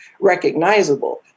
recognizable